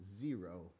zero